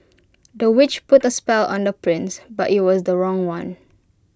the witch put A spell on the prince but IT was the wrong one